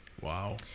Wow